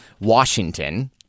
Washington